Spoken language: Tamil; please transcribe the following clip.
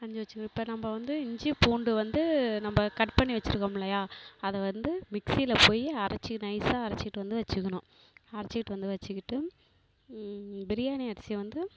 அரிஞ்சி வச்சிக்கிட்டு இப்போ நம்ம வந்து இஞ்சி பூண்டு வந்து நம்ம கட் பண்ணி வச்சிருக்கோம் இல்லையா அதை வந்து மிக்ஸில் போயி அரைச்சி நைஸாக அரைச்சிட்டு வந்து வச்சிக்கணும் அரைச்சிட்டு வந்து வச்சிக்கிட்டு பிரியாணி அரிசியை வந்து